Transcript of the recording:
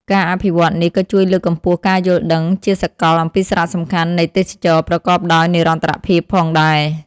ការអភិវឌ្ឍនេះក៏ជួយលើកកម្ពស់ការយល់ដឹងជាសកលអំពីសារៈសំខាន់នៃទេសចរណ៍ប្រកបដោយនិរន្តរភាពផងដែរ។